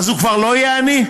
אז הוא כבר לא יהיה עני?